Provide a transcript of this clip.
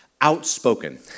outspoken